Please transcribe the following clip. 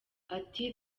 ati